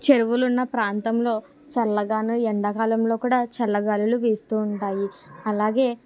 చెరువులున్న ప్రాంతంలో చల్లగాను ఎండాకాలంలో కూడా చల్ల గాలులు వీస్తూ ఉంటాయి అలాగే